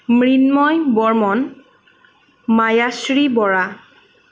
Mrinmoy Barman Mayashree Bora